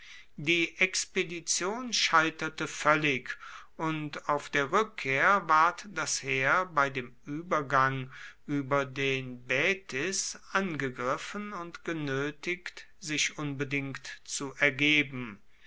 die expedition scheiterte völlig und auf der rückkehr ward das heer bei dem übergang über den baetis angegriffen und genötigt sich unbedingt zu ergeben